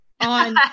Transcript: on